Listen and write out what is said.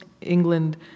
England